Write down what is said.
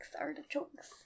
artichokes